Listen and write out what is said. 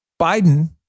Biden